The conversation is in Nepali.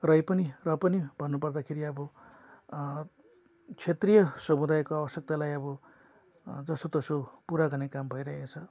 र रै पनि भन्नु पर्दाखेरि अब क्षेत्रीय समुदायको आवश्यकतालाई अब जसो तसो पुरा गर्ने काम भइरहेको छ